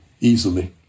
easily